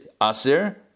Asir